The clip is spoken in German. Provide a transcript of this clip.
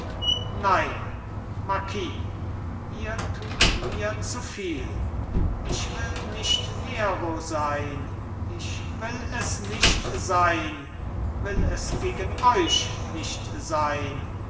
nein marquis ihr tut mir zuviel ich will nicht nero sein ich will es nicht sein will es gegen euch nicht sein